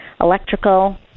electrical